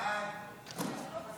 1 63